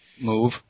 Move